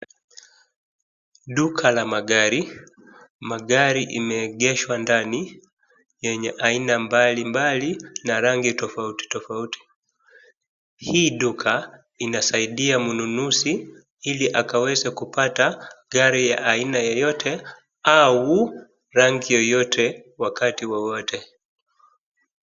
Duka la magari, magari imeegeshwa ndani yenye aina mbalimbali na rangi tofauti tofauti. Hii duka inasaidia mnunuzi ili akaweze kupata gari ya aina yoyote au rangi yeyote wakati wowote.